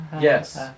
Yes